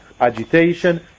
agitation